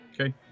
Okay